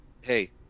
Hey